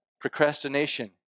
procrastination